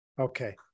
Okay